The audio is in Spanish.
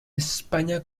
españa